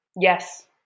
Yes